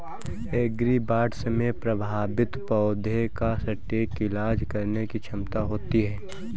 agribots में प्रभावित पौधे का सटीक इलाज करने की क्षमता होती है